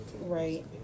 Right